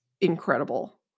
incredible